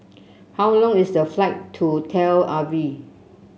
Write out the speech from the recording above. how long is the flight to Tel Aviv